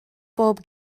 bob